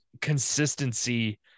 consistency